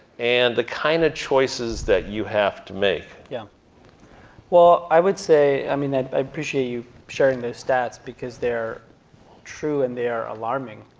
and the kind of choices that you have to make. yeah well i would say, i mean i appreciate you sharing those stats because they're true, and they are alarming.